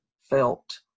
felt